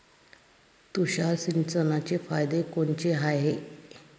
तुषार सिंचनाचे फायदे कोनचे हाये?